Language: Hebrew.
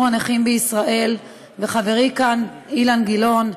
הנכים בישראל וחברי כאן אילן גילאון,